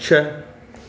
छह